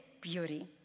beauty